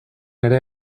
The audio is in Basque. ere